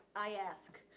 i ask.